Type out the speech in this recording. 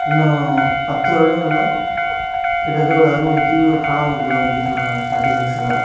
இன்னும் பத்து வருடங்களில் கிட்டத்தட்ட ஒரு அறுபது தீவுகள் காணாமல் போயிடும் அப்டினு சொல்கிறாங்க சேட்டிஸிக்ஸில்